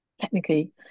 technically